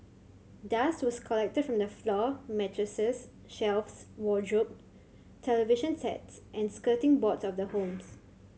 dust was collected from the floor mattresses shelves wardrobe television sets and skirting boards of the homes